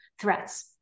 threats